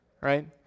right